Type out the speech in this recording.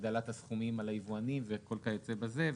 הגדלת הסכומים על היבואנים וכל היוצא בזה.